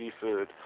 Seafood